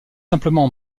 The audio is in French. simplement